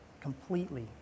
completely